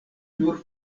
nur